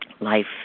life